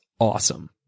awesome